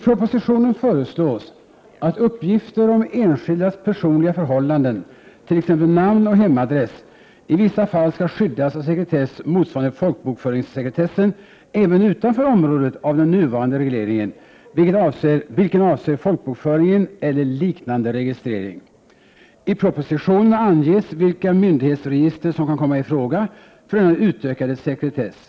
I propositionen föreslås att uppgifter om enskildas personliga förhållanden, t.ex. namn och hemadress, i vissa fall skall skyddas av sekretess motsvarande folkbokföringssekretessen även utanför området av den nuvarande regleringen, vilken avser folkbokföringen eller liknande registrering. I propositionen anges vilka myndighetsregister som kan komma i fråga för denna utökade sekretess. I Prot.